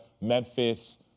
Memphis